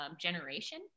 generation